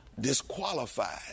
disqualified